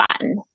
fun